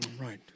Right